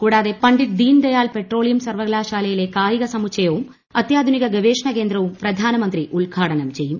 കൂടാതെ പണ്ഡിറ്റ് ദീൻദയാൽ പെട്രോളിയം സർവകലാശാലയിലെ കായിക സമുച്ചയവും അത്യാധുനിക ഗവേഷണകേന്ദ്രവും പ്രധാനമന്ത്രി ഉദ്ഘാടനം ചെയ്യും